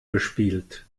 gespielt